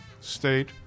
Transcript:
state